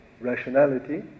rationality